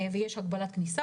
ויש הגבלת מסע.